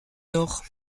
nord